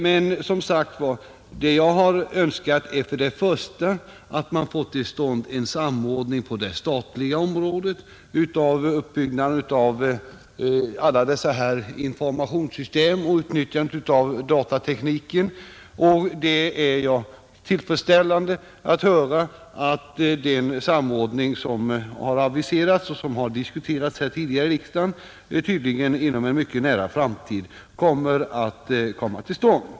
Men, som sagt var, det jag har önskat är först och främst att man får till stånd en samordning på det statliga området av uppbyggnaden av alla dessa informationssystem och av utnyttjandet av datatekniken, och då är det tillfredsställande att höra att den samordning som har aviserats och som har diskuterats tidigare här i riksdagen tydligen inom en mycket nära framtid kommer till stånd.